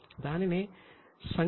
దానినే అంశం సంఖ్య 2 లో చూపుతారు